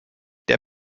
der